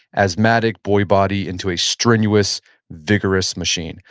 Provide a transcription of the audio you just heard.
asthmatic boy body into a strenuous vigorous machine.